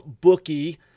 bookie